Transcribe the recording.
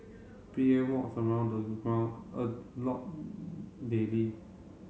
P M walks around ground a lot daily